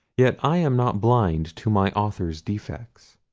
yet i am not blind to my author's defects.